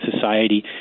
society